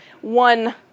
one